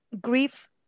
Grief